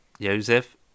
Joseph